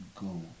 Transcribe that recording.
go